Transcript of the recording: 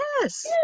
yes